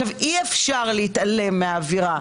אי-אפשר להתעלם מהאווירה.